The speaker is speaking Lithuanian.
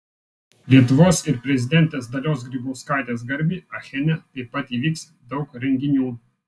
lietuvos ir prezidentės dalios grybauskaitės garbei achene taip pat įvyks daug renginių